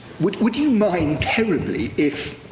would would you mind terribly if,